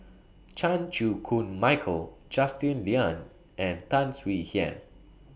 Chan Chew Koon Michael Justin Lean and Tan Swie Hian